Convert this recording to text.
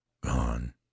Gone